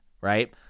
right